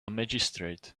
magistrate